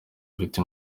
ufite